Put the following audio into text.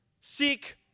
seek